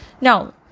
Now